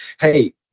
hey